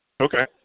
Okay